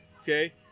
okay